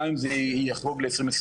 גם אם זה יחרוג ל-2024,